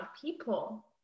people